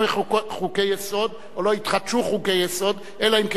חוקי-יסוד או לא יתחדשו חוקי-יסוד,